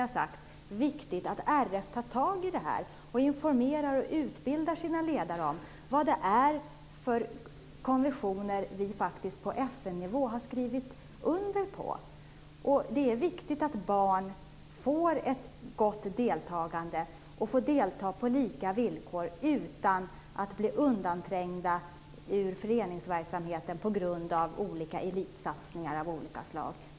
Det är viktigt att RF tar tag i detta och informerar och utbildar sina ledare om vilka konventioner Sverige har skrivit under på FN-nivå. Det är viktigt att barn får delta på lika villkor utan att bli undanträngda ur föreningsverksamheten på grund av olika elitsatsningar.